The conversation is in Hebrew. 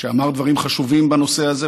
שאמר דברים חשובים בנושא הזה,